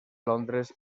londres